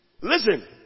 Listen